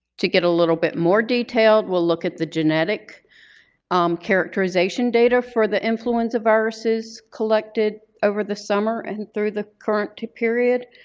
to get a little bit more detailed, we'll look at the genetic characterization data for the influenza viruses collected over the summer and through the current period.